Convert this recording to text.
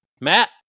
Matt